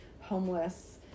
homeless